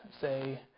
say